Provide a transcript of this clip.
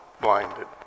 blinded